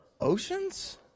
oceans